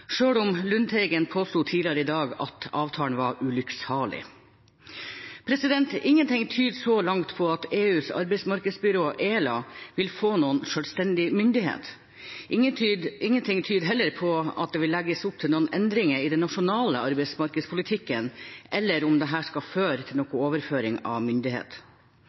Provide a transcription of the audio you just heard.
om Lundteigen påsto tidligere i dag at avtalen var ulykksalig. Ingenting tyder så langt på at EUs arbeidsmarkedsbyrå, ELA, vil få noen selvstendig myndighet. Ingenting tyder heller på at det vil legges opp til noen endringer i den nasjonale arbeidsmarkedspolitikken, eller at dette skal føre til noen overføring av